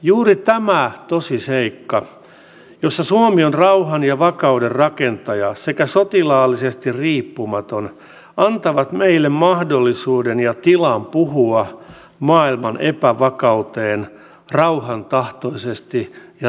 juuri tämä tosiseikka että suomi on rauhan ja vakauden rakentaja sekä sotilaallisesti riippumaton antaa meille mahdollisuuden ja tilan puhua maailman epävakaudesta rauhantahtoisesti ja ratkaisukeskeisesti